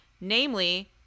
namely